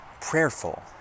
prayerful